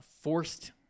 forced